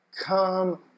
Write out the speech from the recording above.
Come